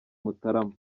mutarama